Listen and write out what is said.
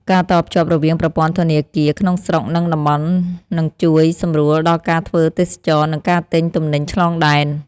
ការតភ្ជាប់រវាងប្រព័ន្ធធនាគារក្នុងស្រុកនិងតំបន់នឹងជួយសម្រួលដល់ការធ្វើទេសចរណ៍និងការទិញទំនិញឆ្លងដែន។